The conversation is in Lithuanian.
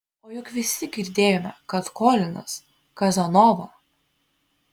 o juk visi girdėjome kad kolinas kazanova